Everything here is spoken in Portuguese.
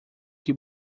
que